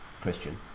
christian